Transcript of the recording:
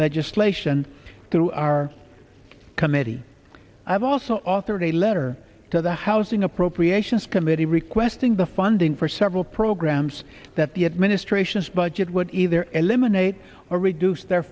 legislation through our committee i've also authored a letter to the housing appropriations committee requesting the funding for several programs that the administration's budget would either eliminate or reduce their